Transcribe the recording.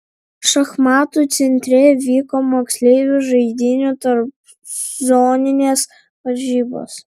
šachmatų centre vyko moksleivių žaidynių tarpzoninės varžybos